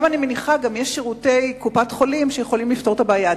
אני מניחה ששם יש גם שירותי קופת-חולים שיכולים לפתור את הבעיה.